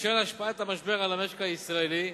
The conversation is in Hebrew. בשל השפעת המשבר על המשק הישראלי,